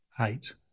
eight